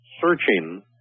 searching